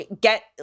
get